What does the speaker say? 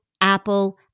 Apple